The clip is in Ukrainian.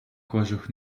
кожух